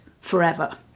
forever